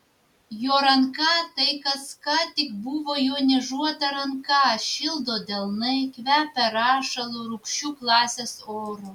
jo ranką tai kas ką tik buvo jo niežuota ranka šildo delnai kvepią rašalu rūgščiu klasės oru